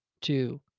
two